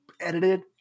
edited